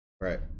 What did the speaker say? Right